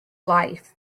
life